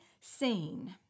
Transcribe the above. seen